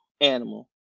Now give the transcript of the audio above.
animal